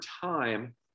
time